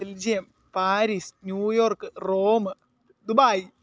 Belgium Paris New York Rome Dubai